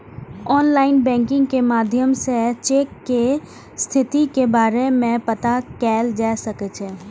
online banking के माध्यम सं चेक के स्थिति के बारे मे पता कैल जा सकै छै